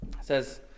says